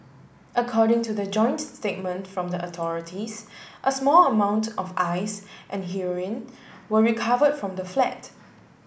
according to the joint statement from the authorities a small amount of ice and heroin were recovered from the flat